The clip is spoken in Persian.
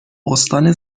استان